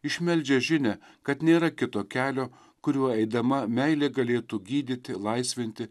išmeldžia žinią kad nėra kito kelio kuriuo eidama meilė galėtų gydyti laisvinti